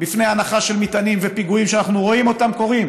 בפני הנחה של מטענים ופיגועים שאנחנו רואים אותם קורים